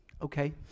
okay